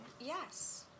yes